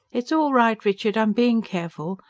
it's all right, richard, i'm being careful.